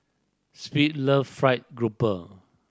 love fried grouper